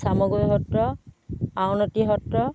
Chamaguri Satra Auniati Satra